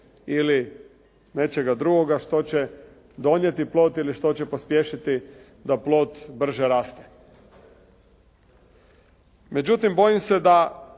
ili nečega drugoga što će donijeti plod ili što će pospješiti da plod brže raste. Međutim, bojim se da